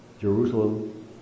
Jerusalem